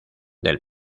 del